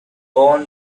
own